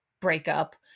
breakup